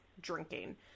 drinking